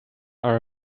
are